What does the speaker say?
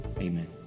Amen